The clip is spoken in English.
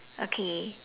okay